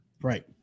Right